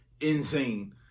insane